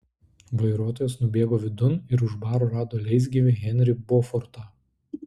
vairuotojas nubėgo vidun ir už baro rado leisgyvį henrį bofortą